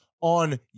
on